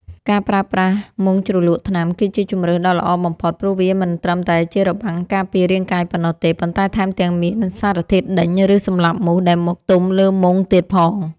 ការប្រើប្រាស់មុងជ្រលក់ថ្នាំគឺជាជម្រើសដ៏ល្អបំផុត ព្រោះវាមិនត្រឹមតែជារបាំងការពាររាងកាយប៉ុណ្ណោះទេ ប៉ុន្តែថែមទាំងមានសារធាតុដេញ ឬសម្លាប់មូសដែលមកទុំលើមុងទៀតផង។